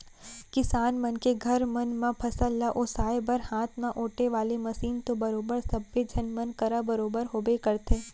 किसान मन के घर मन म फसल ल ओसाय बर हाथ म ओेटे वाले मसीन तो बरोबर सब्बे झन मन करा बरोबर होबे करथे